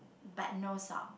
but no sock